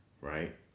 right